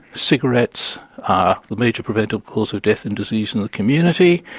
cigarettes are the major preventable cause of death and disease in the community.